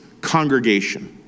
congregation